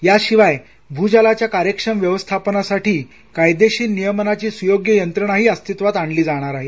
त्याशिवाय भूजलाच्या कार्यक्षम व्यवस्थापनासाठी कायदेशीर नियमनाची सुयोग्य यंत्रणा अस्तित्वात आणण्यात येणार आहे